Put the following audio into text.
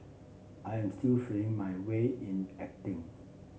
I am still feeling my way in acting